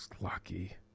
Lucky